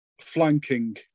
flanking